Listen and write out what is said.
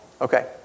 Okay